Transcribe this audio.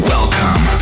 Welcome